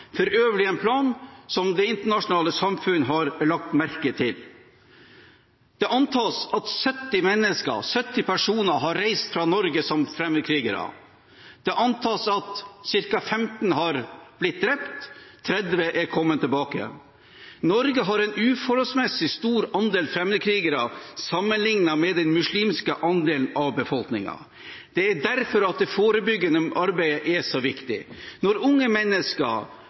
for øvrig en plan som det internasjonale samfunn har lagt merke til. Det antas at 70 personer har reist fra Norge som fremmedkrigere. Det antas at ca. 15 har blitt drept, og 30 er kommet tilbake igjen. Norge har en uforholdsmessig stor andel fremmedkrigere sammenlignet med den muslimske andelen av befolkningen. Det er derfor det forebyggende arbeidet er så viktig. Når unge mennesker